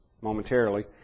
momentarily